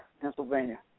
Pennsylvania